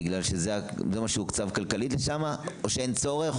בגלל שזה מה שהוקצב כלכלית לשם או שאין צורך?